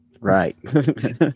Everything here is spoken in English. Right